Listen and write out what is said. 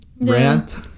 rant